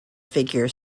figure